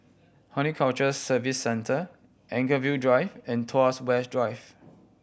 Horticulture Services Centre Anchorvale Drive and Tuas West Drive